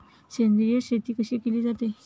सेंद्रिय शेती कशी केली जाते?